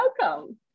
welcome